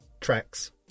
Tracks